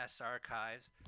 archives